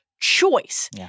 Choice